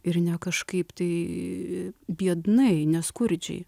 ir ne kažkaip tai biednai neskurdžiai